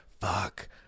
Fuck